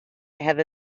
have